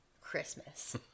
Christmas